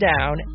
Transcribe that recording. down